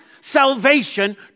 salvation